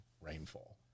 rainfall